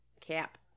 Cap